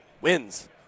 Wins